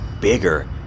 bigger